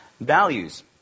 values